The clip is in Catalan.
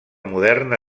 moderna